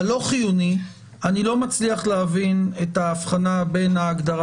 בלא חיוני אני לא מצליח להבין את ההבחנה בין ההגדרה